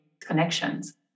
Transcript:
connections